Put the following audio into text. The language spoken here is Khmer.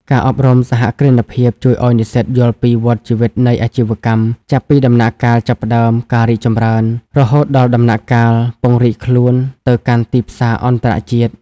ការអប់រំសហគ្រិនភាពជួយឱ្យនិស្សិតយល់ពី "វដ្តជីវិតនៃអាជីវកម្ម" ចាប់ពីដំណាក់កាលចាប់ផ្ដើម ការរីកចម្រើន រហូតដល់ដំណាក់កាលពង្រីកខ្លួនទៅកាន់ទីផ្សារអន្តរជាតិ។